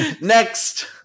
next